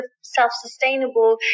self-sustainable